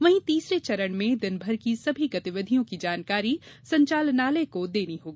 वहीं तीसरे चरण में दिन भर की सभी गतिविधियों की जानकारी संचालनालय को देनी होगी